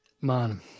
Man